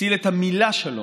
הציל את המילה "שלום".